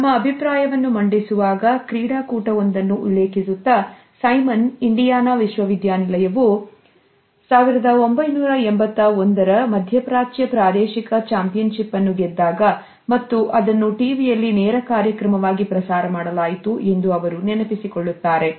ತಮ್ಮ ಅಭಿಪ್ರಾಯವನ್ನು ಮಂಡಿಸುವಾಗ ಕ್ರೀಡಾಕೂಟ ಒಂದನ್ನು ಉಲ್ಲೇಖಿಸುತ್ತಾ ಸೈಮನ್ ಇಂಡಿಯಾನಾ ವಿಶ್ವವಿದ್ಯಾನಿಲಯವು 1981 ರ ಮಧ್ಯಪ್ರಾಚ್ಯ ಪ್ರಾದೇಶಿಕ ಚಾಂಪಿಯನ್ಶಿಪ್ ಅನ್ನು ಗೆದ್ದಾಗ ಮತ್ತು ಅದನ್ನು ಟಿವಿಯಲ್ಲಿ ನೇರ ಕಾರ್ಯಕ್ರಮವಾಗಿ ಪ್ರಸಾರ ಮಾಡಲಾಯಿತು ಎಂದು ಅವರು ನೆನಪಿಸಿಕೊಳ್ಳುತ್ತಾರೆ